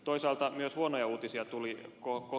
toisaalta myös huonoja uutisia tuli kosolti